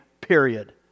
period